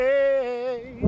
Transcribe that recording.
Hey